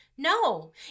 No